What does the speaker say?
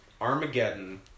Armageddon